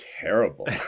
terrible